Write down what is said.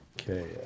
Okay